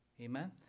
Amen